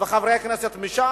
וחברי הכנסת מש"ס?